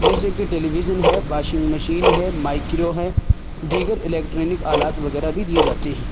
جیسے کہ television ہے واشنگ مشین ہے مائکرو ہے دیگر الیکٹرانک آلات وغیرہ بھی دیے جاتے ہیں